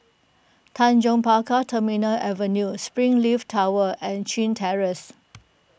Tanjong Pagar Terminal Avenue Springleaf Tower and Chin Terrace